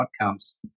outcomes